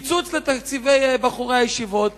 קיצוץ תקציבי בחורי הישיבות.